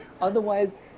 otherwise